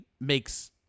makes